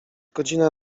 godzina